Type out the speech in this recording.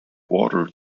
water